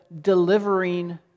delivering